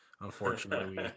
Unfortunately